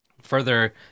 Further